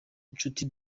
nshuti